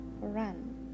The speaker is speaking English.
run